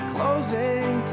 Closing